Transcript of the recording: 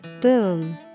Boom